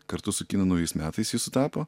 kartu su kinų naujais metais ji sutapo